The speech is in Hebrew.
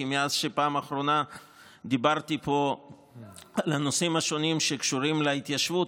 כי מאז שבפעם האחרונה דיברתי פה על הנושאים השונים שקשורים להתיישבות,